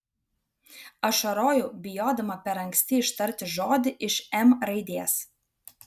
ašarojau bijodama per anksti ištarti žodį iš m raidės